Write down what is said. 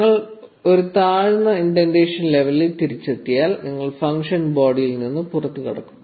നിങ്ങൾ ഒരു താഴ്ന്ന ഇൻഡെൻറേഷൻ ലെവലിൽ തിരിച്ചെത്തിയാൽ നിങ്ങൾ ഫംഗ്ഷൻ ബോഡിയിൽ നിന്ന് പുറത്തുകടക്കും